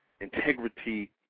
integrity